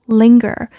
,linger